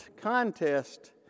contest